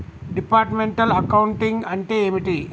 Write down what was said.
Departmental accounting అంటే ఏమిటి?